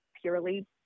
purely